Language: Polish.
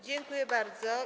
Dziękuję bardzo.